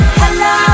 hello